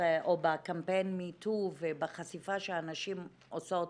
או בקמפיין Me too ובחשיפה שהנשים עושות